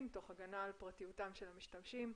תוך הגנה על פרטיותם של המשתמשים.